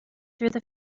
through